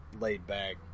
laid-back